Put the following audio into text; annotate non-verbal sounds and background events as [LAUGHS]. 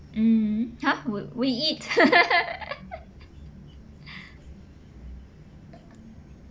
mm !huh! we we eat [LAUGHS]